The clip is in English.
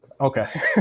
Okay